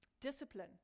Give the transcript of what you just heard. discipline